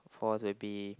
fourth will be